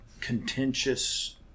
contentious